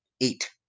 eight